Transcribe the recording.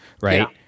right